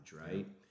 right